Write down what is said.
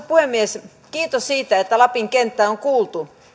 puhemies kiitos siitä että lapin kenttää on kuultu